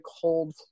cold